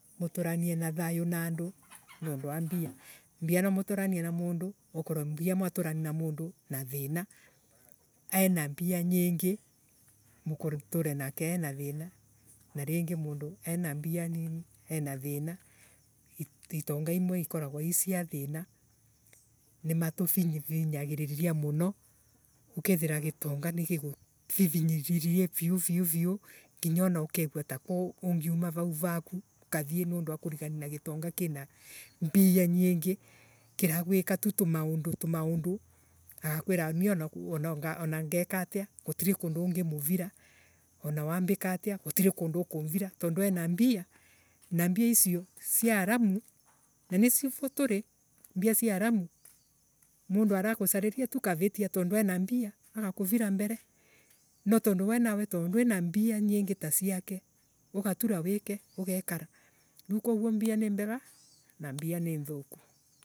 Uturanie na thayo na andu nondu wa mbia. Mbia nwamuturanie na mundu mukorwe mbia mwaturania na mundu na thina ena mbia nyingi muture nake ena thiina na ringi mundu ena mbia nyingi ena thiina. Itonga imwe ikoragwa ii cia thina nimatu vivinyagiriria muno. ukethira gitonga nigikuvivinyiririe viu viu viu nginya ukegua takwa ungiuma vau vaku ukathie nondu wa kurigania na gitonga kina mbia nyingi kiragweka tu tumaundu tumaundu agakwiraga nie ana Anangekatia gutiri kundu ungimuvira wana wandika atia gutirii kundu ungimuvira wana wandika atia gutirii kundu ukumvira tondu ena mbia na mbia icio cia aramu na nicio va turi cia aramu. Mundu aragucariria tu kavitia tondu ena mbia agakuvira mbere. No tundu we nawe nduii na mbia nyingi ta ciake ugatura wiike ugekara. Riu koguo mbia ni mbega na mbia ni nthuku.